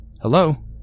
Hello